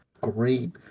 great